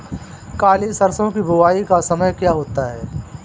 काली सरसो की बुवाई का समय क्या होता है?